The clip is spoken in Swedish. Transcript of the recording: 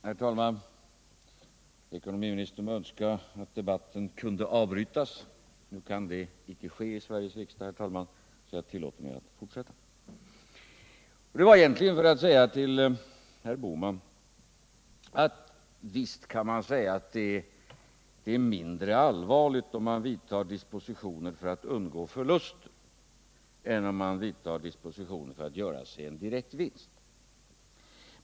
Herr talman! Ekonomiministern önskar att debatten kunde avbrytas. Nu kan det icke ske i Sveriges riksdag, så jag tillåter mig att fortsätta. Jag fortsätter debatten egentligen för att säga till herr Bohman att visst kan man säga att det är mindre allvarligt om man vidtar dispositioner för att undgå förluster än om man vidtar dispositioner för att göra sig en direkt vinst.